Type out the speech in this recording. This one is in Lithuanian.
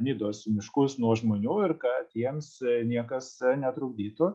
nidos miškus nuo žmonių ir kad jiems niekas netrukdytų